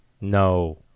No